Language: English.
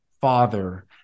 father